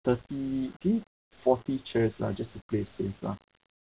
thirty do you forty chairs lah just to play safe lah